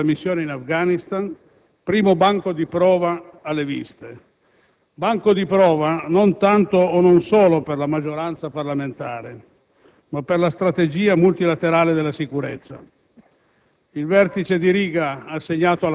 Il rifinanziamento e la prosecuzione della missione in Afghanistan: primo banco di prova alle viste, banco di prova non tanto o non solo per la maggioranza parlamentare ma per la strategia multilaterale della sicurezza.